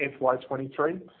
FY23